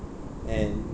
and